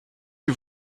que